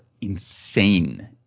insane